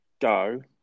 Go